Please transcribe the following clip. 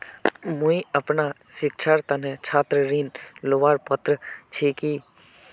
मुई अपना उच्च शिक्षार तने छात्र ऋण लुबार पत्र छि कि?